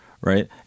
Right